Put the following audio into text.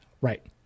Right